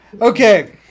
Okay